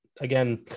again